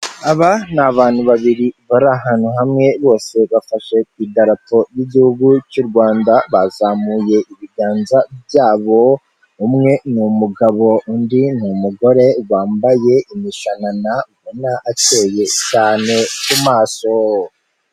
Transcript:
Aba ni abantu babiri bari ahantu hamwe bose bafashe ku idarapo ry'igihugu cy'u Rwanda bazamuye ibiganza byabo, umwe ni umugabo undi ni umugore bambaye imishanana ubona akeye cyane ku maso.